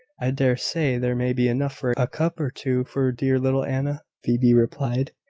i dare say there may be enough for a cup or two for dear little anna. phoebe replied,